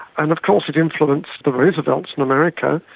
and of course it influenced the roosevelts in america,